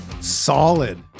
solid